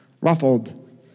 ruffled